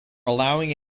allowing